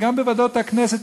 שגם בוועדות הכנסת,